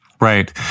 Right